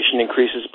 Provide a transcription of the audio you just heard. increases